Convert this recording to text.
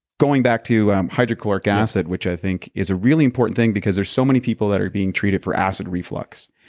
going back to hydrochloric acid, which i think is a really important thing because there's so many people that are being treated for acid reflux,